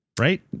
right